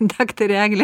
daktarė eglė